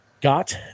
Got